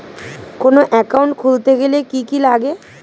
কোন একাউন্ট খুলতে গেলে কি কি লাগে?